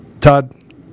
Todd